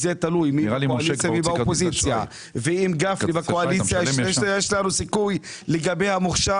זה תלוי באופוזיציה ואם גפני בקואליציה יש לנו סיכוי לגבי המוכשר,